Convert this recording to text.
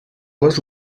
les